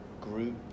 group